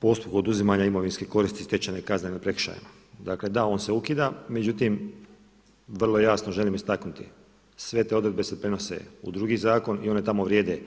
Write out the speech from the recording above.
postupku oduzimanja imovinske koristi stečene kaznenim prekršajima, dakle da on se ukida, međutim vrlo jasno želim istaknuti, sve te odredbe se prenose u drugi zakon i one tamo vrijede.